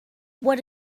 what